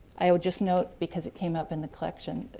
i will just note, because it came up in the collection,